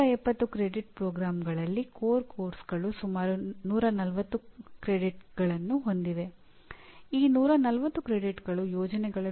accreditation ಆಗಿರಲಿ ಅವೆಲ್ಲವೂ ಒಂದು ಸಾಮಾಜಿಕ ಸಂಸ್ಥೆಯಾಗಿದೆ